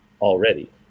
already